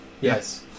Yes